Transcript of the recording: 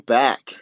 back